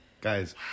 Guys